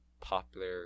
popular